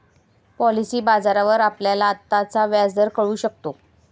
policy बाजारावर आपल्याला आत्ताचा व्याजदर कळू शकतो